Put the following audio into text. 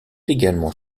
également